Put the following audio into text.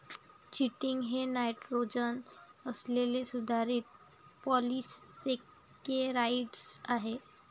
chitin हे nitrogen असलेले सुधारित पॉलिसेकेराइड आहे